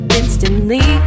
instantly